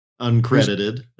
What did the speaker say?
uncredited